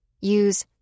use